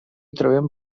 trobem